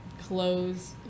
clothes